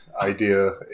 idea